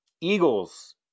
Eagles